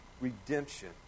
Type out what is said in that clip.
redemption